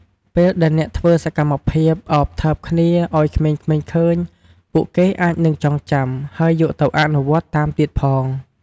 ពេលដែលអ្នកធ្វើសកម្មភាពអោបថើបគ្នាឲ្យក្មេងៗឃើញ ពួកគេអាចនឹងចងចាំហើយយកទៅអនុវត្តន៍តាមទៀតផង។